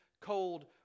cold